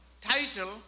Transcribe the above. Title